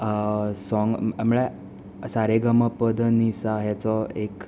song म्हळ्या सा रे ग म प द नी सा हेचो एक